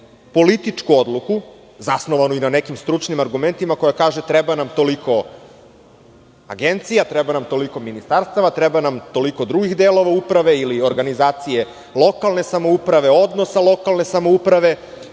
političku odluku zasnovanu i na nekim stručnim argumentima koja kaže – treba nam toliko agencija, treba nam toliko ministarstava, treba nam toliko drugih delova uprave ili organizacije lokalne samouprave, odnosa lokalne samouprave